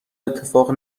اتفاق